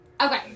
Okay